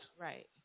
Right